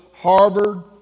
Harvard